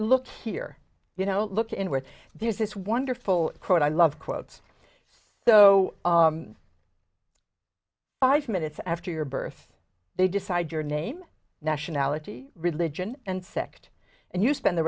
look here you know look inward there's this wonderful quote i love quotes so i've minutes after your birth they decide your name nationality religion and sect and you spend the